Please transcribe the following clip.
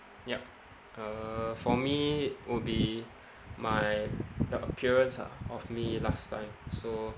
yup uh for me would be my the appearance ah of me last time so